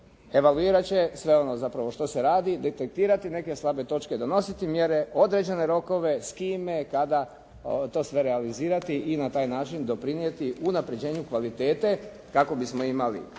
Dakle … će sve ono zapravo što se radi, detektirati neke slabe točke, donositi mjere, određene rokove, s kime, kada to sve realizirati i na taj način doprinijeti unapređenju kvalitete kako bismo imali